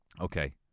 okay